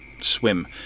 swim